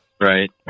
Right